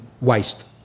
waste